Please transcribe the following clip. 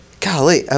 golly